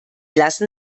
lassen